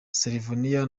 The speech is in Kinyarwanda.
slovenia